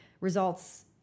results